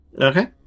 Okay